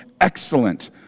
excellent